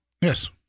Yes